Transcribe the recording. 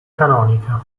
canonica